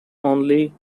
only